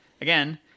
again